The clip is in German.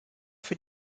für